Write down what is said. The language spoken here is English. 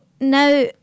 now